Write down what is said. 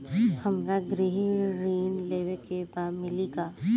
हमरा गृह ऋण लेवे के बा मिली का?